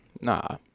nah